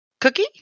Cookie